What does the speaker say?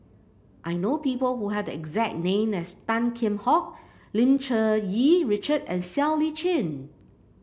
I know people who have the exact name as Tan Kheam Hock Lim Cherng Yih Richard and Siow Lee Chin